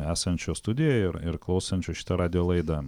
esančių studijoj ir ir klausančių šitą radijo laidą